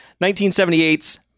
1978's